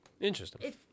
Interesting